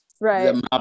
right